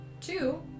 two